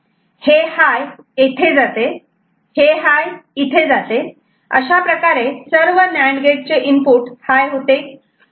हे हाय येथे जाते हे हाय इथे जाते अशा प्रकारे सर्व नांड गेट चे इनपुट हाय होते आहे